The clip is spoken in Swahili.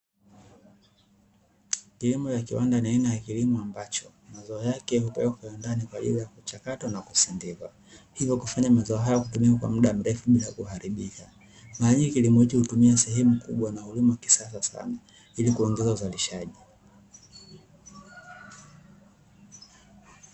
Kilimo ya kiwanda ni aina ya kilimo ambacho mazao yake hupelekwa kiwandani na kuchakatwa na kusindikwa, hivyo kufanya mazao hayo kutumika kwa mda mrefu bila kuharibika. Mara nyingi kilimo hicho hutumia sehemu kubwa huduma ya kisasa sana ili kuongeza uzalishaji.